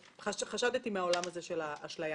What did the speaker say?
חשדתי מהעולם הזה של אשליה.